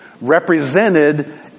represented